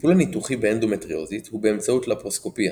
- הטיפול הניתוחי באנדומטריוזיס הוא באמצעות לפרוסקופיה,